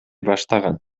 баштаган